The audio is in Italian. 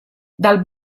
dal